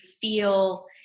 feel